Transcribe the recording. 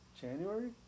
January